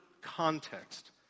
context